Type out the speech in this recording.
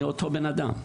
אני אותו בן אדם".